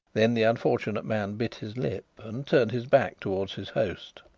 then the unfortunate man bit his lip and turned his back towards his host.